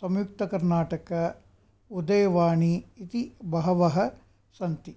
संयुक्तकर्नाटक उदयवाणि इति बहवः सन्ति